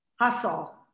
Hustle